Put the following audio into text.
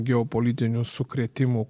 geopolitinių sukrėtimų